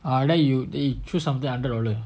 ah then you eh choose something hundred dollar